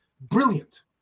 Brilliant